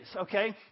okay